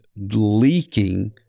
leaking